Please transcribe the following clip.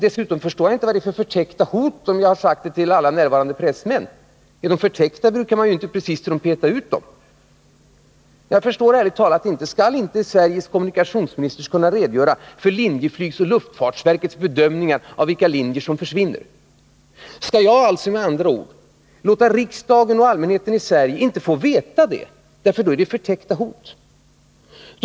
Dessutom förstår jag inte vad det är för förtäckta hot, om jag sagt det till alla närvarande pressmän. Rör det sig om förtäckta hot brukar man ju inte precis trumpeta ut dem. Jag förstår ärligt talat inte detta. Skall inte Sveriges kommunikationsminister kunna redogöra för Linjeflygs och luftfartsverkets bedömningar av vilka linjer som försvinner? Skall jag, med andra ord, inte låta riksdagen och allmänheten i Sverige få veta det, för då är det förtäckta hot?